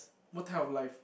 what type of life